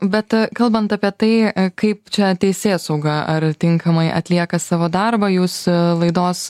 bet kalbant apie tai kaip čia teisėsauga ar tinkamai atlieka savo darbą jūs laidos